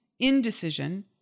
indecision